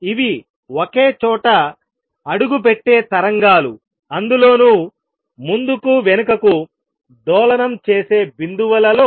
ఇవి ఒకే చోట అడుగు పెట్టే తరంగాలు అందులోనూ ముందుకు వెనుకకు డోలనం చేసే బిందువులలో